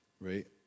right